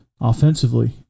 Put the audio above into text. offensively